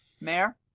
Mayor